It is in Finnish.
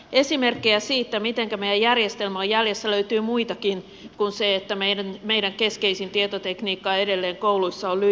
esimerkkejä siitä mitenkä meidän järjestelmä on jäljessä löytyy muitakin kuin se että meidän keskeisin tietotekniikka edelleen kouluissa on lyijykynä